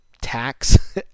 Tax